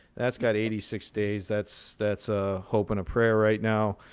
that's got eighty six days. that's that's a hope and a prayer right now.